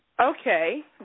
Okay